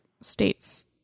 State's